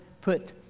put